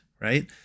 right